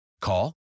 Call